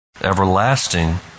Everlasting